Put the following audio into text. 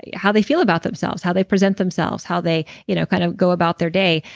yeah how they feel about themselves. how they present themselves, how they you know kind of go about their day.